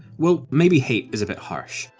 well, maybe hate is a bit harsh,